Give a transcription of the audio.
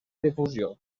difusió